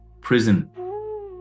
prison